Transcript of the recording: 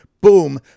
boom